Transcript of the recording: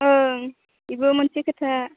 ओं बेबो मोनसे खोथा